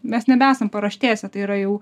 mes nebesam paraštėse tai yra jau